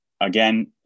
again